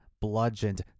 bludgeoned